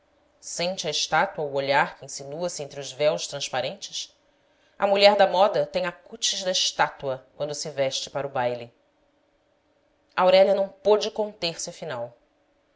sente a estátua o olhar que insinua se entre os véus transparentes a mulher da moda tem a cútis da estátua quando se veste para o baile aurélia não pôde conter-se afinal